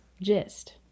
gist